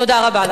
תודה רבה.